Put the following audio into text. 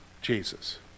Jesus